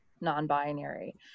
non-binary